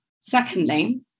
Secondly